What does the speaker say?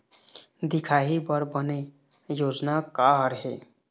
दिखाही बर बने योजना का हर हे?